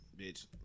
Bitch